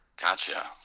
Gotcha